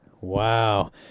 Wow